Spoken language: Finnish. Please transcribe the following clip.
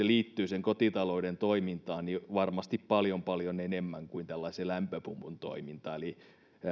liittyy keskeisesti kotitalouden toimintaan varmasti paljon paljon enemmän kuin lämpöpumpun toiminta eli